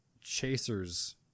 chasers